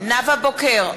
נאוה בוקר,